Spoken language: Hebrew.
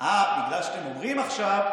אה, בגלל שאתם אומרים עכשיו,